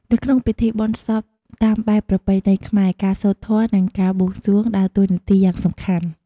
នៅក្នុងពិធីបុណ្យសពតាមបែបប្រពៃណីខ្មែរ ការសូត្រធម៌ និងការបួងសួងដើរតួនាទីយ៉ាងសំខាន់។